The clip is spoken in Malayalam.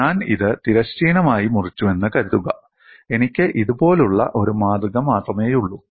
ഞാൻ ഇത് തിരശ്ചീനമായി മുറിച്ചുവെന്ന് കരുതുക എനിക്ക് ഇതുപോലുള്ള ഒരു മാതൃക മാത്രമേയുള്ളൂ